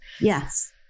Yes